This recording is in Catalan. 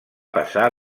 passar